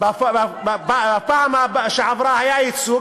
בפעם שעברה היה ייצוג.